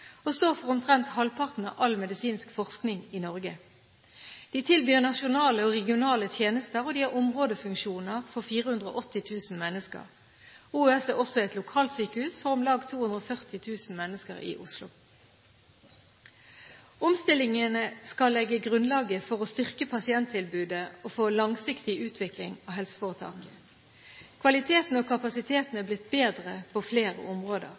og står for omtrent halvparten av all medisinsk forskning i Norge. De tilbyr nasjonale og regionale tjenester og har områdefunksjoner for 480 000 mennesker. OUS er også lokalsykehus for om lag 240 000 mennesker i Oslo. Omstillingene skal legge grunnlaget for å styrke pasienttilbudet og for langsiktig utvikling av helseforetaket. Kvaliteten og kapasiteten er blitt bedre på flere områder,